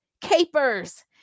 capers